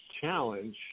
challenge